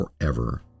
forever